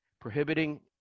prohibiting